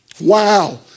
wow